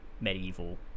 medieval